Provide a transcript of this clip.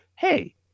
Hey